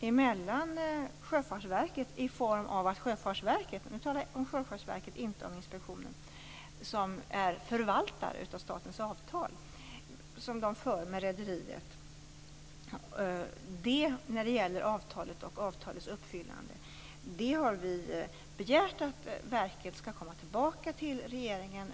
mellan rederiet och Sjöfartsverket - jag talar nu om Sjöfartsverket och inte om Sjöfartsinspektionen - som är förvaltare av statens avtal om avtalet och avtalets uppfyllande. Vi har begärt att verket skall komma tillbaka till regeringen.